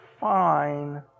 fine